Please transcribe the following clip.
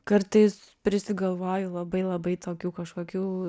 kartais prisigalvoju labai labai tokių kažkokių